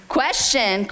question